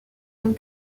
une